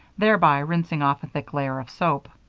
thereby rinsing off a thick layer of soap.